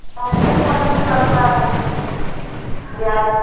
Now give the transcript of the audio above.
पैंतीस परसेंट लगता है ब्याज